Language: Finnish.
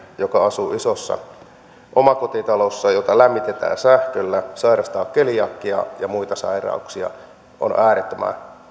joka asuu isossa omakotitalossa jota lämmitetään sähköllä ja joka sairastaa keliakiaa ja muita sairauksia on äärettömän